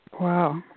Wow